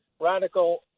radical